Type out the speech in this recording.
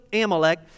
Amalek